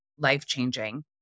life-changing